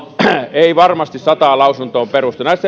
ei varmasti sataan lausuntoon perustu